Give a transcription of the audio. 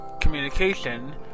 communication